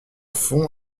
fond